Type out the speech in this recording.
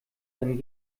dann